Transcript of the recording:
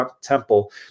Temple